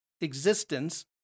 existence